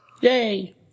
Yay